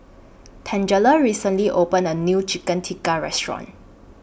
Tangela recently opened A New Chicken Tikka Restaurant